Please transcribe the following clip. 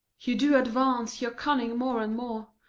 you do advance your cunning more and more.